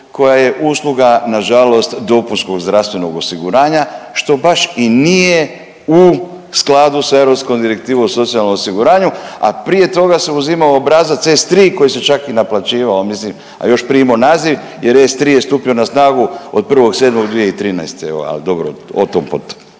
koja je usluga na žalost dopunskog zdravstvenog osiguranja što baš i nije u skladu sa Europskom direktivom o socijalnom osiguranju, a prije toga se uzimao obrazac S3 koji se čak i naplaćivao, mislim a još prije imao naziv jer S3 je stupio na snagu od 1.7.2013.